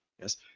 Yes